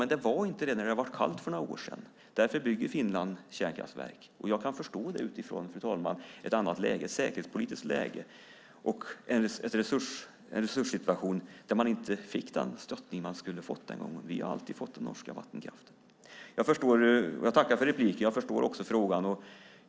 Men det var inte det när det var kallt för några år sedan. Därför bygger Finland kärnkraftverk. Jag kan förstå det utifrån, fru talman, ett annat läge, ett säkerhetspolitiskt läge, och en resurssituation där man inte fick den stöttning man skulle ha fått den gången. Vi har alltid fått den norska vattenkraften. Jag tackar för repliken. Jag förstår också frågan.